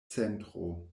centro